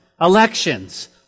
elections